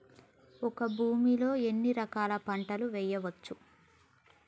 ఒక భూమి లో ఎన్ని రకాల పంటలు వేయచ్చు?